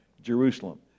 jerusalem